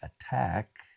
attack